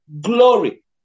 glory